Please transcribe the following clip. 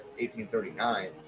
1839